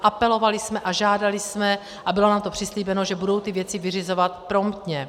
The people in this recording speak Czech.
Apelovali jsme a žádali jsme, a bylo nám to přislíbeno, že budou ty věci vyřizovat promptně.